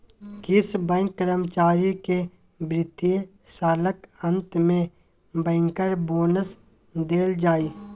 किछ बैंक कर्मचारी केँ बित्तीय सालक अंत मे बैंकर बोनस देल जाइ